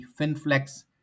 FinFlex